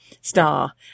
star